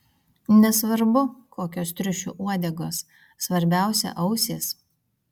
nesvarbu kokios triušių uodegos svarbiausia ausys